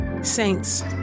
Saints